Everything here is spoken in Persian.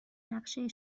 نقشه